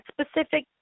specific